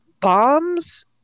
bombs